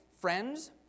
Friends